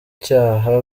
cyaha